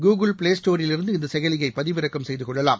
Google ப்ளேஸ்டோரிலிருந்து இந்த செயலியை பதிவிறக்கம் செய்து கொள்ளலாம்